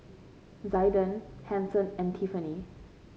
Zaiden Hanson and Tiffani